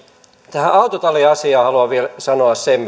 tähän autotalliasiaan haluan vielä sanoa sen